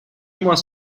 was